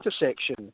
intersection